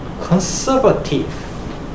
conservative